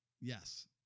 Yes